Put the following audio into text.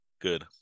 good